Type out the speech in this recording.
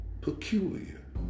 peculiar